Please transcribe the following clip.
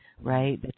right